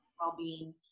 well-being